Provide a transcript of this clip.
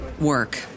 work